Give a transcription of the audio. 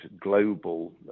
global